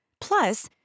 Plus